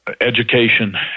education